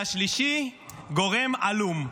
והשלישי, גורם עלום.